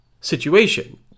situation